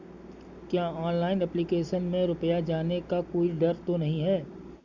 क्या online application में रुपया जाने का कोई डर तो नही है?